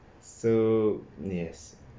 so yes